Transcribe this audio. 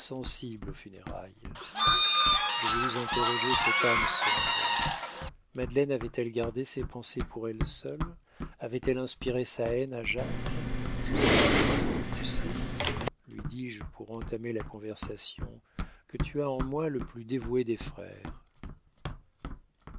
aux funérailles je voulus interroger cette âme sombre madeleine avait-elle gardé ses pensées pour elle seule avait-elle inspiré sa haine à jacques tu sais lui dis-je pour entamer la conversation que tu as en moi le plus dévoué des frères